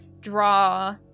draw